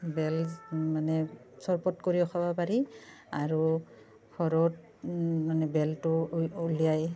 বেল মানে চৰবত কৰিও খাব পাৰি আৰু ঘৰত মানে বেলটো উলিয়াই